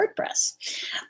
wordpress